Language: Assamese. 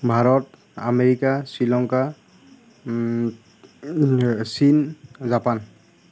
ভাৰত আমেৰিকা শ্ৰীলংকা চীন জাপান